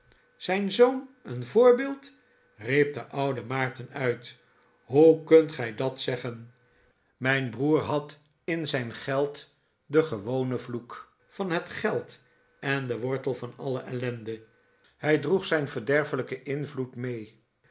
zijn zoon een voorbeeld riep de oude maarten uit hoe kunt gij dat zeggen mijn broer had in zijn geld den gewonen vloek van het geld en den wortel van alle ellende hij droeg zijn verderfelijken invloed mee